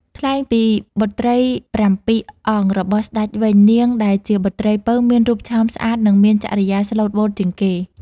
ថ្លែងពីបុត្រីប្រាំពីរអង្គរបស់ស្ដេចវិញ នាងដែលជាបុត្រីពៅមានរូបឆោមស្អាតនិងមានចរិយាស្លូតបូតជាងគេ។